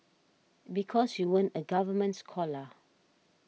because you weren't a government scholar